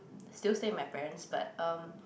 still stay with my parents but um